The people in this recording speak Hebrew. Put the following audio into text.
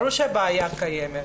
ברור שהבעיה קיימת.